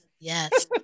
yes